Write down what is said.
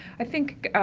i think, ah,